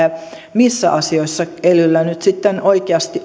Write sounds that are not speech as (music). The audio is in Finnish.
missä asioissa elyllä nyt sitten oikeasti (unintelligible)